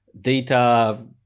data